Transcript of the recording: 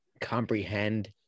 comprehend